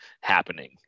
happening